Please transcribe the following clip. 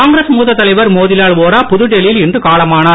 காங்கிரஸ் மூத்த தலைவர் மோதிலால் வோரா புதுடெல்லியில் இன்று காலமானார்